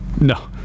no